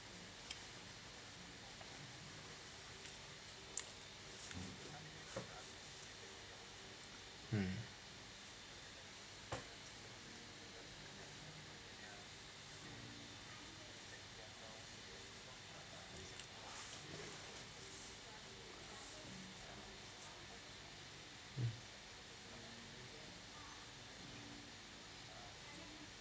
mm (mm